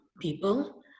people